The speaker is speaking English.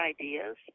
ideas